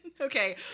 Okay